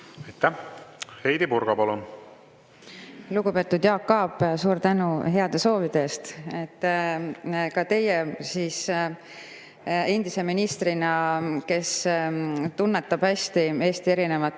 Heidy Purga, palun! Lugupeetud Jaak Aab, suur tänu heade soovide eest! Ka teie endise ministrina, kes tunnetab hästi Eesti erinevate